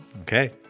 Okay